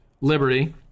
liberty